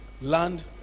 land